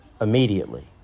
immediately